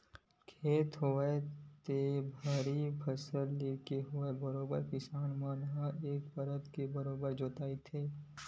खेत होवय ते भर्री म फसल लेके होवय बरोबर किसान मन ह एक परत के बरोबर जोंतथे